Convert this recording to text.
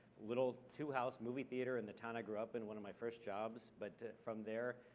little two house movie theater in the town i grew up in, one of my first jobs. but from there,